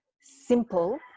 simple